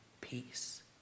peace